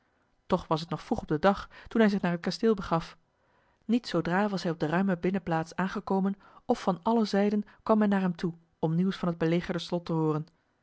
toch was het nog vroeg op den dag toen hij zich naar het kasteel begaf niet zoodra was hij op de ruime binnenplaats aangekomen of van alle zijden kwam men naar hem toe om nieuws van het belegerde slot te hooren